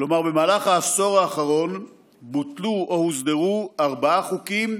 כלומר במהלך העשור האחרון בוטלו או הוסדרו ארבעה חוקים